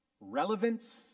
relevance